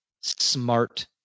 smart